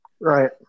Right